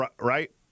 right